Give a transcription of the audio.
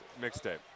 mixtape